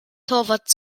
torwart